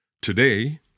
Today